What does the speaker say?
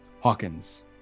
Hawkins